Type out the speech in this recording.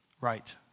right